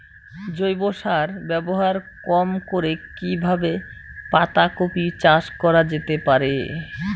জৈব সার ব্যবহার কম করে কি কিভাবে পাতা কপি চাষ করা যেতে পারে?